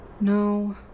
No